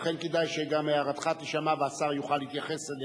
לכן כדאי שגם הערתך תישמע והשר יוכל להתייחס אליה.